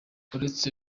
uretse